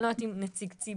אני לא יודעת אם נציג ציבור,